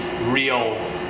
real